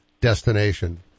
destination